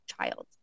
child